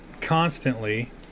constantly